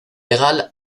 legal